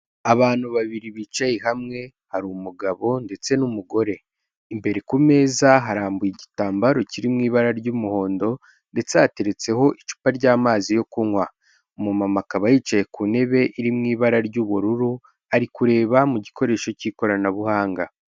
Abantu babiri bicaye hamwe hari mugabo ndetse n'umugore. Imbere ku meza harambuye igitambaro kiri mu ibara ry'umuhondo ndetse hateretseho icupa ryamazi yo kunywa. Umumama akaba yicaye ku ntebe iri mu ibara ry'ubururu ari kureba mu gikoresho k'ikoranabuhanga.